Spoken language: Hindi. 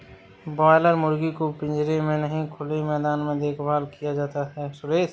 बॉयलर मुर्गी को पिंजरे में नहीं खुले मैदान में देखभाल किया जाता है सुरेश